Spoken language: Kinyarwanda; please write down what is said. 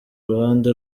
ruhande